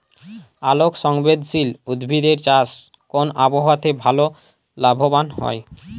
আলোক সংবেদশীল উদ্ভিদ এর চাষ কোন আবহাওয়াতে ভাল লাভবান হয়?